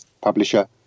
publisher